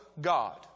God